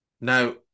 Now